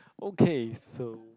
okay so